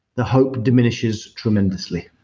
the hope diminishes tremendously